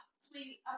sweetie